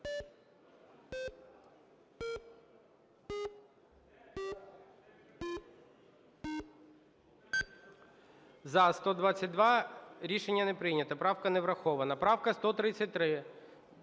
За-122 Рішення не прийнято. Правка не врахована. Правка 133,